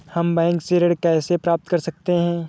हम बैंक से ऋण कैसे प्राप्त कर सकते हैं?